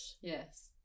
Yes